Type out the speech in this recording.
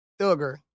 Thugger